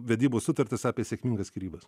vedybų sutartis apie sėkmingas skyrybas